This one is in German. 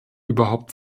überhaupt